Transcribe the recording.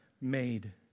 made